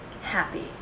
happy